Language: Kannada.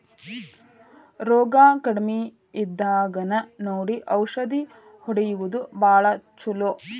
ರೋಗಾ ಕಡಮಿ ಇದ್ದಾಗನ ನೋಡಿ ಔಷದ ಹೊಡಿಯುದು ಭಾಳ ಚುಲೊ